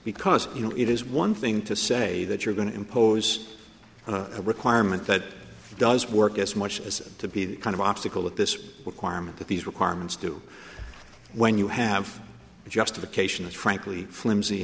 because you know it is one thing to say that you're going to impose a requirement that does work as much as to be the kind of obstacle that this requirement that these requirements do when you have a justification it's frankly flimsy